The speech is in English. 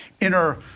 inner